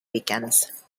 weekends